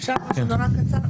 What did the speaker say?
אפשר משהו נורא קצר?